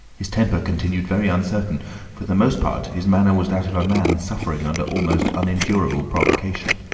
his temper continued very uncertain for the most part his manner was that of a man suffering under almost unendurable provocation,